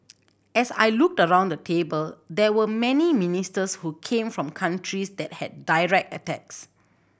as I looked around the table there were many ministers who came from countries that had direct attacks